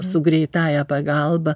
su greitąja pagalba